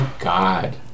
God